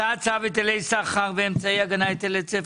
הצעת צו היטלי סחר ואמצעי הגנה (היטל היצף